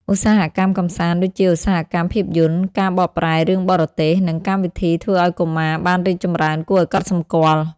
ឧស្សាហកម្មកម្សាន្តដូចជាឧស្សាហកម្មភាពយន្ត ការបកប្រែរឿងបរទេស និងកម្មវិធីធ្វើឲ្យកុមារបានរីកចម្រើនគួរឲ្យកត់សម្គាល់។